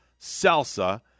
salsa